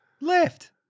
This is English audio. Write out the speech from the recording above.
Left